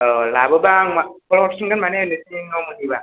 लाबोबा आं फन हरफिनगोन माने नोंसिनि न' मोनहैबा